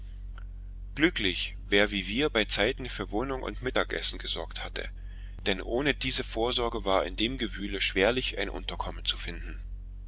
glücklich wer wie wir beizeiten für wohnung und mittagessen gesorgt hatte denn ohne diese vorsorge war in dem gewühle schwerlich ein unterkommen zu finden